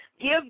Give